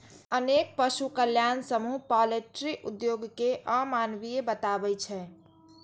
अनेक पशु कल्याण समूह पॉल्ट्री उद्योग कें अमानवीय बताबै छै